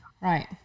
right